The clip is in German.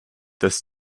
das